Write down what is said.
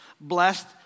blessed